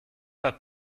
pas